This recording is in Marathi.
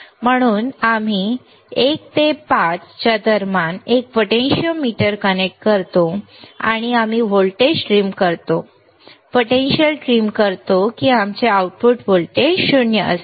म्हणून आम्ही 1 आणि 5 दरम्यान एक पोटेंशियोमीटर कनेक्ट करतो आणि आम्ही व्होल्टेज ट्रिम करतो पोटेंशिओमीटर ट्रिम करतो की आमचे आउटपुट व्होल्टेज 0 असेल